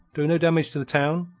do no damage to the town,